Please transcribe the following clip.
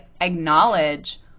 acknowledge